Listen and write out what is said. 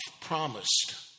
promised